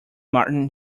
martin